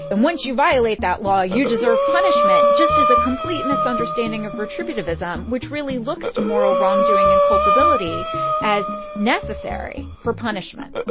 and once you violate that law, you deserve punishment just as a complete misunderstanding of retributive ism, which really looks to moral wrongdoing and culpability as necessary for punishment.